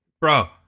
Bro